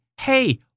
hey